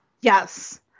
Yes